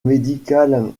médical